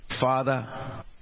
Father